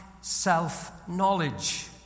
self-knowledge